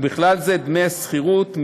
ובכלל זה דמי השכירות,